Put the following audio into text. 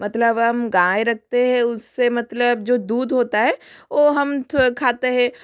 मतलब हम गाय रखते है उससे मतलब जो दूध होता है वो हम खाते है